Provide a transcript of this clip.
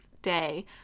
day